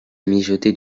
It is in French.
mijoter